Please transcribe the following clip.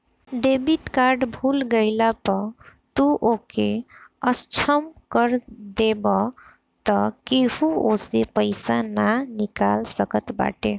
debit card भूला गईला पअ तू ओके असक्षम कर देबाअ तअ केहू ओसे पईसा ना निकाल सकत बाटे